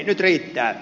nyt riittää